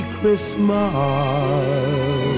Christmas